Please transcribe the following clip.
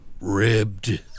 ribbed